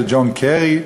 של ג'ון קרי.